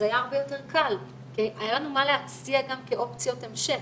אז היה הרבה יותר קל כי היה לנו מה להציע גם כאופציות המשך.